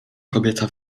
kobieta